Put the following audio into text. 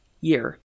year